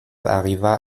arriva